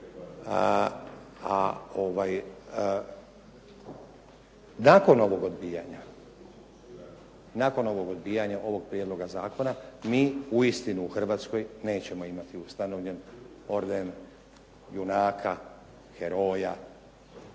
Nakon ovog odbijanja ovog prijedloga zakona mi uistinu u Hrvatskoj nećemo imati ustanovljen orden junaka, heroja